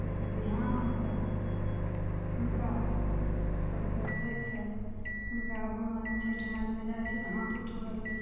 ओहिके बिहान होके हुनकासभके सहिके हुनका आगूमे छठि माइके जाइ छिअनि हाथ उठबैलए